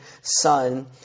son